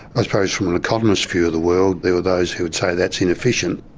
i suppose from an economist's view of the world, there are those who would say that's inefficient.